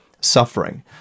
suffering